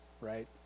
right